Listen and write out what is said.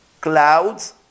clouds